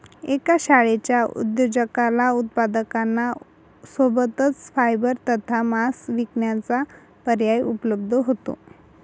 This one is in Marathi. एका शेळीच्या उद्योजकाला उत्पादकांना सोबतच फायबर तथा मांस विकण्याचा पर्याय उपलब्ध होतो